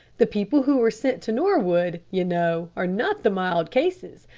the people who are sent to norwood, you know, are not the mild cases,